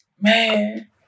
man